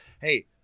Hey